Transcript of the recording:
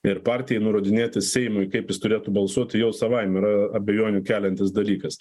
ir partijai nurodinėti seimui kaip jis turėtų balsuot jau savaime yra abejonių keliantis dalykas